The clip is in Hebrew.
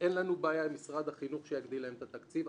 אין לנו בעיה שמשרד החינוך יגדיל את התקציב לארגוני הנוער.